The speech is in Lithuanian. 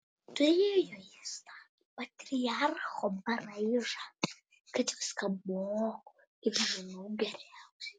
turėjo jis tą patriarcho braižą kad viską moku ir žinau geriausiai